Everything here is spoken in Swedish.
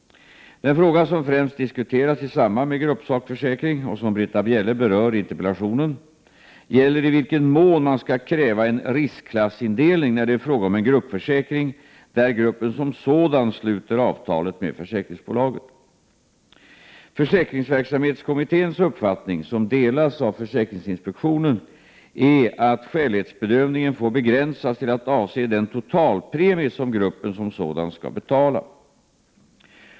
Den fråga som främst diskuterats i samband med gruppsakförsäkring — och som Britta Bjelle berör i interpellationen — gäller i vilken mån man skall kräva en riskklassindelning när det är fråga om en gruppförsäkring där gruppen som sådan sluter avtalet med försäkringsbolaget. Försäkringsverksamhetskommitténs uppfattning — som delas av försäkringsinspektionen — är att skälighetsbedömningen får begränsas till att avse den totalpremie som gruppen som sådan skall betala.